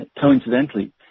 coincidentally